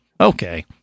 Okay